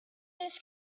his